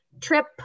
Trip